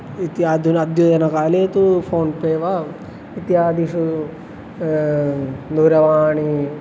इत्यधुना अद्यतनकाले तु फ़ोन्पे वा इत्यादिषु दूरवाणी